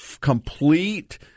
complete